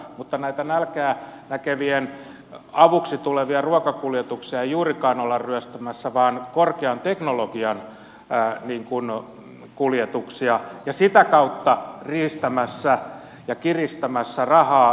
mutta näitä nälkää näkevien avuksi tulevia ruokakuljetuksia ei juurikaan olla ryöstämässä vaan korkean teknologian kuljetuksia ja sitä kautta riistämässä ja kiristämässä rahaa